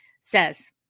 says